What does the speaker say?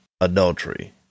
adultery